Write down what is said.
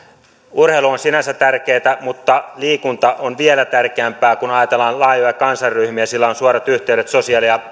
urheilu on sinänsä tärkeää mutta liikunta on vielä tärkeämpää kun ajatellaan laajoja kansanryhmiä sillä on suorat yhteydet sosiaali ja